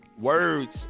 words